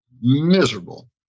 miserable